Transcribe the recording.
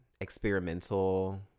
experimental